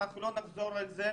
אנחנו לא נחזור על זה,